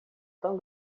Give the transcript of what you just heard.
tão